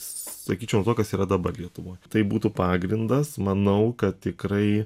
sakyčiau to kas yra dabar lietuvoj tai būtų pagrindas manau kad tikrai